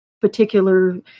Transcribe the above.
particular